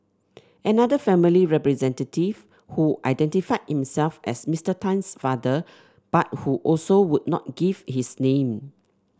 another family representative who identified himself as Mr Tan's father but who also would not give his name